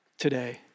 today